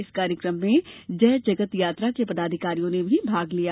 इस कार्यक्रम में जय जगत यात्रा के पदाधिकारियों ने भी भाग लिया